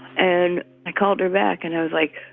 and i called her back and i was like,